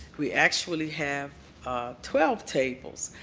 we actually have twelve tables.